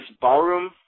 Ballroom